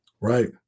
Right